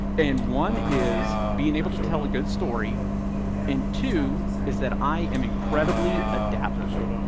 and one is being able to tell a good story and two is that i am incredibly adaptable.